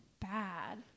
bad